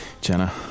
Jenna